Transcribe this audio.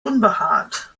unbehaart